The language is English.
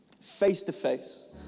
face-to-face